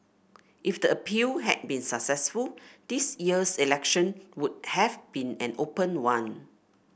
if the appeal had been successful this year's election would have been an open one